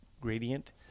gradient